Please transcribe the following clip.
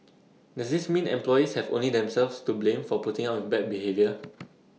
does this mean employees have only themselves to blame for putting up with bad behaviour